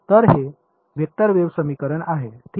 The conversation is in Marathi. तर हे वेक्टर वेव्ह समीकरण आहे ठीक